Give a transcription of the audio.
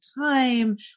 time